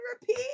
repeat